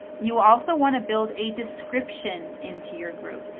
you also want to build a description into your group.